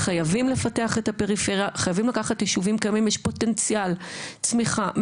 אני יכולה משפט אחרון סליחה?